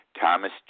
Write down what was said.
Thomas